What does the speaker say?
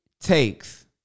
takes